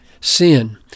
sin